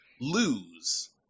lose